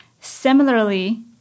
similarly